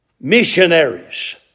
missionaries